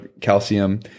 calcium